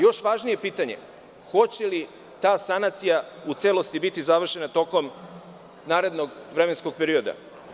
Još važnije je pitanje hoće li ta sanacija u celosti biti završena tokom narednog vremenskog perioda.